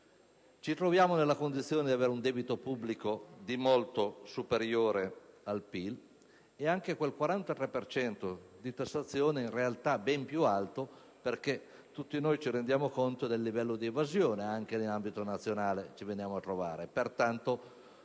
Ci troviamo nella condizione di avere un debito pubblico di molto superiore al PIL e anche quel 43 per cento di tassazione è in realtà ben più alto, perché tutti noi ci rendiamo conto del livello di evasione nel quale anche in ambito nazionale ci veniamo a trovare.